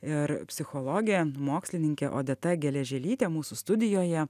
ir psichologė mokslininkė odeta geležėlytė mūsų studijoje